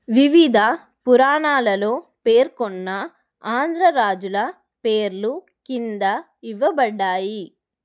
వివిధ పురాణాలలో పేర్కొన్న ఆంధ్ర రాజుల పేర్లు కింద ఇవ్వబడ్డాయి